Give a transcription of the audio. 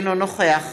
אינו נוכח